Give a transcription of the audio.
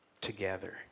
together